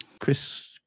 Chris